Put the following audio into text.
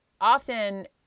often